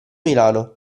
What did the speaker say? milano